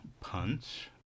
punch